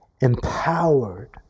empowered